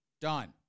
done